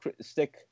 stick